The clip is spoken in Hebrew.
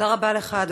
תודה רבה לך,